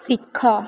ଶିଖ